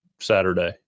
Saturday